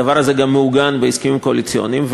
הדבר הזה גם מעוגן בהסכמים הקואליציוניים,